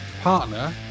partner